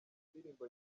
ndirimbo